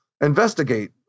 investigate